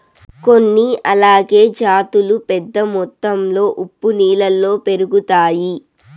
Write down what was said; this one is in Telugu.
కొన్ని ఆల్గే జాతులు పెద్ద మొత్తంలో ఉప్పు నీళ్ళలో పెరుగుతాయి